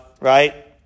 right